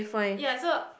ya so